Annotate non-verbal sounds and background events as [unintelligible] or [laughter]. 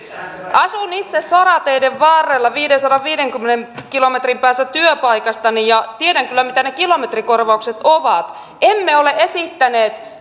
asun itse sorateiden varrella viidensadanviidenkymmenen kilometrin päässä työpaikastani ja tiedän kyllä mitä ne kilometrikorvaukset ovat emme ole esittäneet [unintelligible]